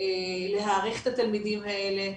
להעריך את התלמידים האלה,